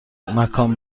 مکان